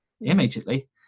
immediately